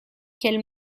quelle